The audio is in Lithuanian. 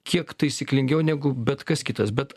kiek taisyklingiau negu bet kas kitas bet